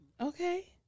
Okay